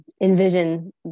envision